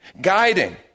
guiding